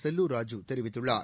செல்லூர் ராஜு தெரிவித்துள்ளார்